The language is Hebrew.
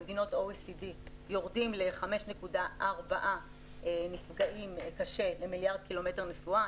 במדינות OECD יורדים ל-5.4 נפגעים קשה למיליארד ק"מ נסועה,